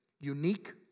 unique